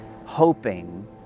hoping